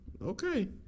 Okay